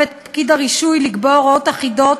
את פקיד הרישוי לקבוע הוראות אחידות,